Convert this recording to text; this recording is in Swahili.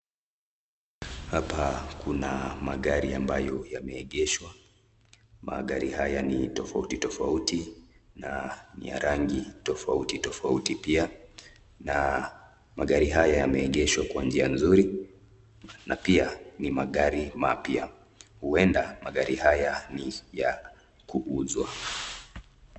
Hapa kuna magari ambayo yameegeshwa ,magari haya ni tofauti tofauti na ni ya rangi tofauti tofauti pia, na magari haya yameegeshwa kwa njia nzuri na pia ni magari mapya, huenda magari haya ni ya kuuzwa.